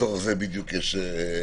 לצורך זה בדיוק יש הלוואות,